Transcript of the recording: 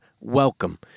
welcome